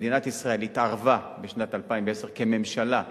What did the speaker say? מדינת ישראל התערבה בשנת 2010, כממשלה,